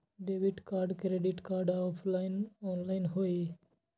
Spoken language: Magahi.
Debit card credit card offline online होई?